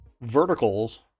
verticals